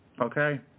Okay